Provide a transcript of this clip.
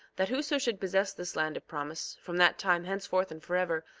that whoso should possess this land of promise, from that time henceforth and forever,